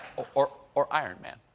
or or iron man.